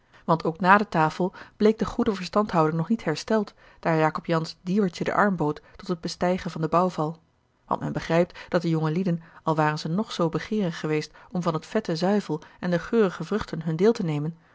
want ook na de tafel bleek de goede verstandhouding nog niet hersteld daar jacob jansz dieuwertje den arm bood tot het bestijgen van den bouwval want men begrijpt dat de jongelieden al waren ze nog zoo begeerig geweest om van het vette zuivel en de geurige vruchten hun deel te nemen